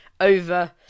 over